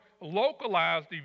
localized